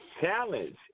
challenge